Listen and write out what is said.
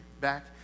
back